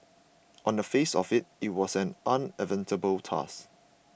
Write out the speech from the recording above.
on the face of it it was an unenviable task